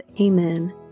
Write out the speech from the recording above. Amen